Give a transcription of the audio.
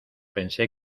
pensé